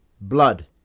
Blood